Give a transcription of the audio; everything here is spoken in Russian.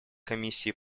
комиссии